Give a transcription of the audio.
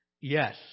Yes